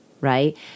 right